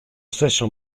stesso